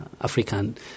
African